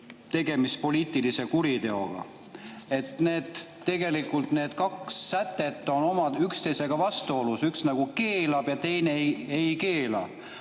tegemist poliitilise kuriteoga. Tegelikult need kaks sätet on üksteisega vastuolus, üks nagu keelab ja teine ei keela.